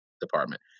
department